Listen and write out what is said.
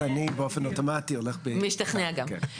אז אני באופן אוטומטי הולך --- משתכנע גם.